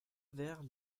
vers